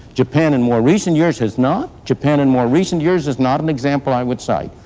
japan in more recent years has not. japan in more recent years is not an example i would cite.